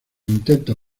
intentos